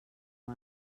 amb